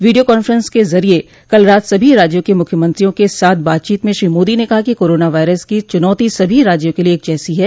video conference के जरिए कल रात सभी राज्यों के मुख्यमंत्रियों के साथ बातचीत में श्री मोदी ने कहा कि कोरोना वायरस की चूनौती सभी राज्यों के लिए एक जैसी है